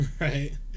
Right